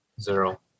Zero